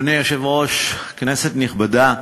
אדוני היושב-ראש, כנסת נכבדה,